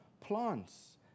plants